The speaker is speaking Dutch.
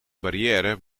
barrière